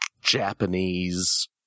Japanese